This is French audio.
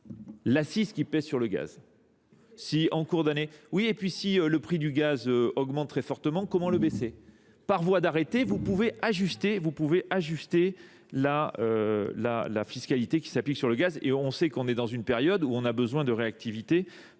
l'assise qui pèse sur le gaz. Si le prix du gaz augmente très fortement, comment le baisser ? Par voie d'arrêter, vous pouvez ajuster la fiscalité qui s'applique sur le gaz et on sait qu'on est dans une période où on a besoin de réactivité